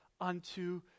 unto